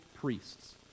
priests